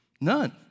None